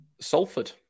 Salford